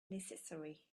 necessary